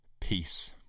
peace